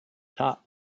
top